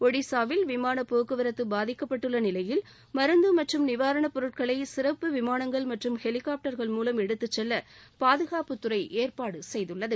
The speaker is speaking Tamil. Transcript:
ஒடிசாவில் விமான போக்குவரத்து பாதிக்கப்பட்டுள்ள நிலையில் மருந்து மற்றும் நிவாரண பொருட்களை சிறப்பு விமானங்கள் மற்றும் ஹெலிகாப்டர்கள் மூலம் எடுத்துக் செல்ல பாதுகாப்புத்துறை ஏற்பாடு செய்துள்ளது